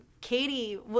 Katie